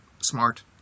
smart